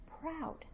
proud